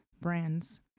brands